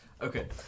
Okay